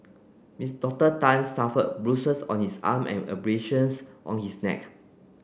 Miss Doctor Tan suffered bruises on his arm and abrasions on his neck